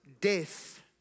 death